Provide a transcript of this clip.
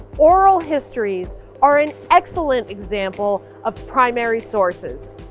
oral histories are an excellent example of primary sources.